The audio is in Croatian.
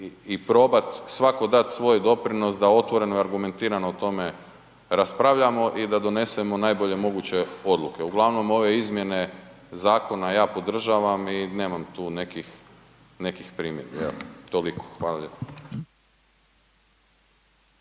i probat svatko dati svoj doprinos da otvoreno i argumentirano o tome raspravljamo i da donesemo najbolje moguće odluke. Uglavnom ove izmjene zakona ja podržavam i nemam tu nekih primjedbi. Evo toliko. Hvala